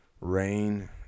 Rain